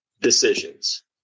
decisions